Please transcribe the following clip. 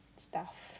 stuff